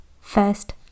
First